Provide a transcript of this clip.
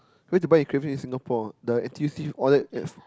where to buy your craving in Singapore the N_T_U_C all that at